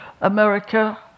America